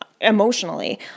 emotionally